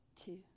two